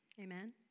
Amen